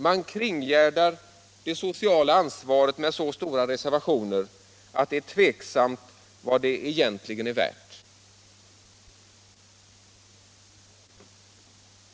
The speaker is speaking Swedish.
Man kringgärdar alltså det sociala ansvaret med så stora reservationer att det är tveksamt vad det egentligen är värt.